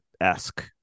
esque